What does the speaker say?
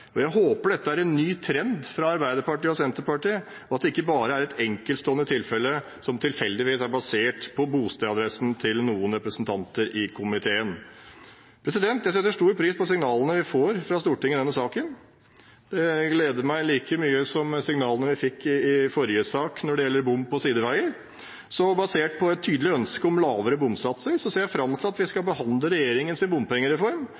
Jeg håper dette er en ny trend fra Arbeiderpartiet og Senterpartiet, og at det ikke bare er et enkeltstående tilfelle som tilfeldigvis er basert på bostedsadressen til noen representanter i komiteen. Jeg setter stor pris på signalene vi får fra Stortinget i denne saken. Det gleder meg like mye som signalene vi fikk i forrige sak når det gjelder bom på sideveier. Basert på et tydelig ønske om lavere bomsatser ser jeg fram til vi skal behandle regjeringens bompengereform